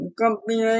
company